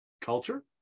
culture